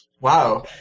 Wow